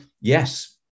yes